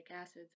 Acids